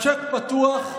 השיק פתוח,